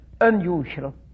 unusual